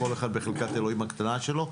כל אחד בחלקת האלוהים הקטנה שלו,